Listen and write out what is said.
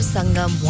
Sangam